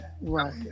Right